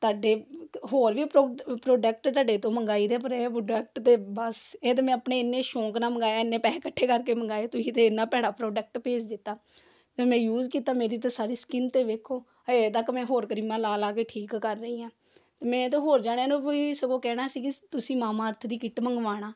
ਤੁਹਾਡੇ ਹੋਰ ਵੀ ਪ੍ਰੋਡ ਪ੍ਰੋਡਕਟ ਤੁਹਾਡੇ ਤੋਂ ਮੰਗਵਾਈ ਦੇ ਪਰ ਇਹ ਪ੍ਰੋਡਕਟ 'ਤਾਂ ਬਸ ਇਹ ਤਾਂ ਮੈਂ ਆਪਣੇ ਇੰਨੇ ਸ਼ੌਕ ਨਾਲ ਮੰਗਾਵਾਇਆ ਇੰਨੇ ਪੈਸੇ ਇਕੱਠੇ ਕਰਕੇ ਮੰਗਾਵਾਏ ਤੁਸੀਂ ਤਾਂ ਇੰਨਾ ਭੈੜਾ ਪ੍ਰੋਡਕਟ ਭੇਜ ਦਿੱਤਾ ਫਿਰ ਮੈਂ ਯੂਜ਼ ਕੀਤਾ ਮੇਰੀ ਤਾਂ ਸਾਰੀ ਸਕਿੱਨ 'ਤੇ ਦੇਖੋ ਹਜੇ ਤੱਕ ਮੈਂ ਹੋਰ ਕਰੀਮਾਂ ਲਾ ਲਾ ਕੇ ਠੀਕ ਕਰ ਰਹੀ ਹਾਂ ਮੈਂ ਤਾਂ ਹੋਰ ਜਣਿਆਂ ਨੂੰ ਕੋਈ ਸਗੋਂ ਕਹਿਣਾ ਸੀ ਕਿ ਤੁਸੀਂ ਮਾਮਾਅਰਥ ਦੀ ਕਿੱਟ ਮੰਗਵਾਉਣਾ